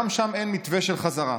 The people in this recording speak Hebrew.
גם שם אין מתווה של חזרה.